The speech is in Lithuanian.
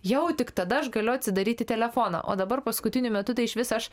jau tik tada aš galiu atsidaryti telefoną o dabar paskutiniu metu tai iš vis aš